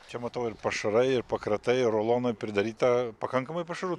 čia matau ir pašarai ir pakratai rulonai pridaryta pakankamai pašarų